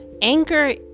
Anger